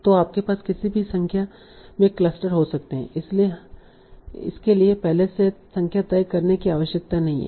तो आपके पास किसी भी संख्या में क्लस्टर हो सकते हैं इसके लिए पहले से संख्या तय करने की आवश्यकता नहीं है